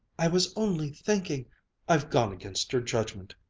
i was only thinking i've gone against your judgment.